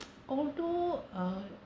although uh